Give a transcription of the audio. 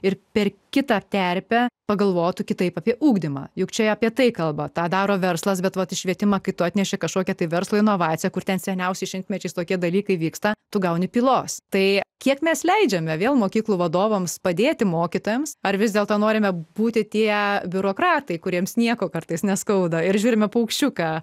ir per kitą terpę pagalvotų kitaip apie ugdymą juk čia apie tai kalba tą daro verslas bet vat į švietimą kitu atnešė kažkokią tai verslo inovaciją kur ten seniausiai šimtmečiais tokie dalykai vyksta tu gauni pylos tai kiek mes leidžiame vėl mokyklų vadovams padėti mokytojams ar vis dėlto norime būti tie biurokratai kuriems nieko kartais neskauda ir žiūrime paukščiuką